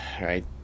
right